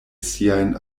siajn